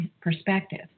perspective